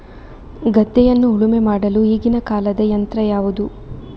ಗದ್ದೆಯನ್ನು ಉಳುಮೆ ಮಾಡಲು ಈಗಿನ ಕಾಲದ ಯಂತ್ರ ಯಾವುದು?